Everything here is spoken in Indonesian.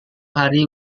hari